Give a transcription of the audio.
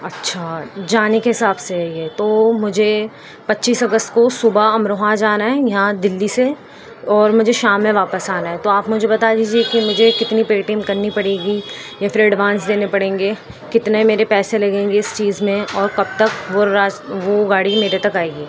اچھا جانے کے حساب سے ہے یہ تو مجھے پچیس اگست کو صبح امروہہ جانا ہے یہاں دلّی سے اور مجھے شام میں واپس آنا ہے تو آپ مجھے بتا دیجیے کہ مجھے کتنی پے ٹی ایم کرنی پڑے گی یا پھر ایڈوانس دینے پڑیں گے کتنے میرے پیسے لگیں گے اس چیز میں اور کب تک وہ وہ گاڑی میرے تک آئے گی